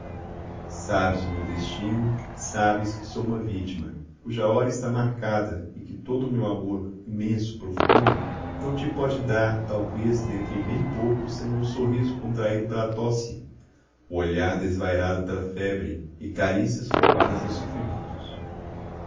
sabes o meu destino sabes que sou uma vítima cuja hora está marcada e que todo o meu amor imenso profundo não te pode dar talvez dentro em bem pouco senão o sorriso contraído pela tosse o olhar desvairado pela febre e carícias roubadas aos sofrimentos